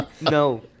No